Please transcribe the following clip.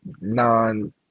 non